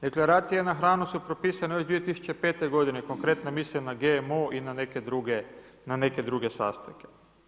Deklaracije na hranu su propisane još 2005. godine, konkretno mislim na GMO i na neke druge sastojke.